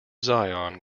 zion